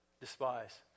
despise